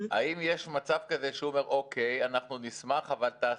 הוא כמובן רק חלק מהפרויקטים שממומנים מתרומות אבל הוא מאוד